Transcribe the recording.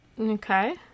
Okay